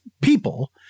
people